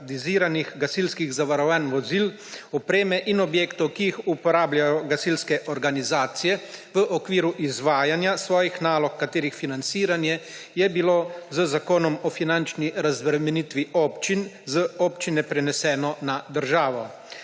gasilskih zavarovanj vozil, opreme in objektov, ki jih uporabljajo gasilske organizacije v okviru izvajanja svojih nalog, katerih financiranje je bilo z Zakonom o finančni razbremenitvi občin z občin preneseno na državo.